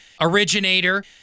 originator